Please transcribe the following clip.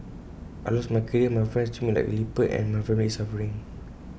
I lost my career my friends treat me like A leper and my family is suffering